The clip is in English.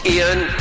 Ian